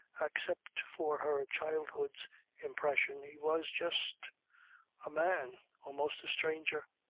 except for her childhood's impressions he was just a man. almost a stranger.